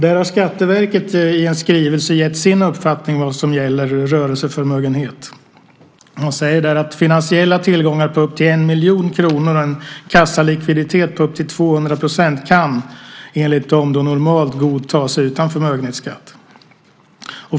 Där har Skatteverket i en skrivelse gett sin uppfattning om vad som gäller för rörelseförmögenhet. Man säger att finansiella tillgångar på upp till en miljon och en kassalikviditet på upp till 200 % normalt kan godtas utan förmögenhetsskatt.